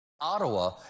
Ottawa